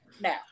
Now